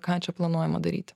ką čia planuojama daryti